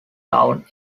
town